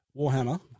Warhammer